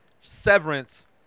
Severance